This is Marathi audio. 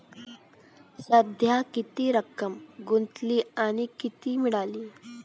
सध्या किती रक्कम गुंतवली आणि किती मिळाली